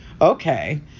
okay